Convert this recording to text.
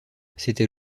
c’était